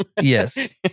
Yes